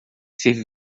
ser